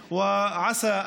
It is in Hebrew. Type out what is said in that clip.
החוגגים.